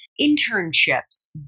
internships